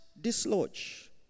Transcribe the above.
dislodge